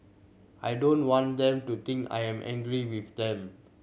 I don't want them to think I am angry with them